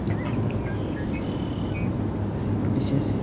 अन्त त्यति हो विशेष